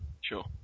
Sure